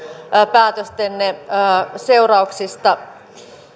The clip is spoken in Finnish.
päätöstenne seurauksista